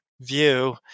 view